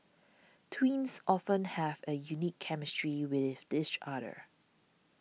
twins often have a unique chemistry with each other